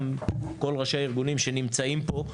כל ראשי הארגונים שנמצאים פה,